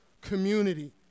community